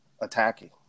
attacking